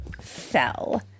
fell